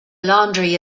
laundry